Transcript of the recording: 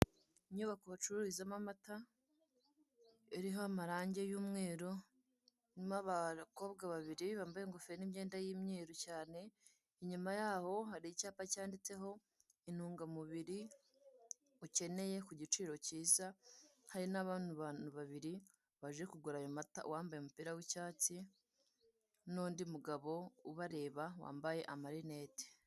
Inyubako bacururizamo amata iriho amarange y'umweru, irimo abakobwa babiri bambaye ingofero n'imyenda y'imyeru cyane, inyuma y'aho hari icyapa cyanditseho intungamubiri mukeneye ku giciro kiza hari n'abandi bantu babiri baje kugura ayo mata , uwambaye umupira w'icyatsi n'undi mugabo ubareba wambaye amarinete.